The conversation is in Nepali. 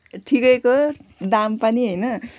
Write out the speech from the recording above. ठिकैको दाम पनि होइन